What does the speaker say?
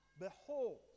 Behold